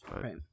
Right